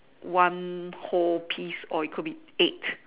one whole piece or it could be eight